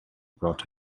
brought